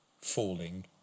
falling